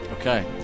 Okay